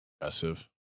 aggressive